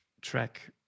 track